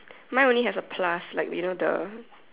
mine only has a plus like you know the